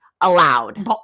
Allowed